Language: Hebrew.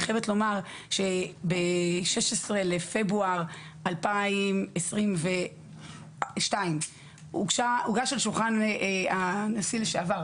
אני חייבת לומר שב-16 בפברואר 2022 הוגשו לשולחן הנשיא לשעבר